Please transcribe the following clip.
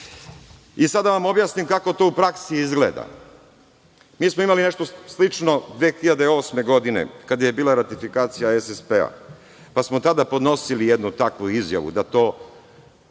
Sada da vam objasnim kako to u praksi izgleda. Mi smo imali nešto slično 2008. godine, kada je bila ratifikacija SSP-a, pa smo tada podnosili jednu takvu izjavu da se